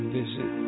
visit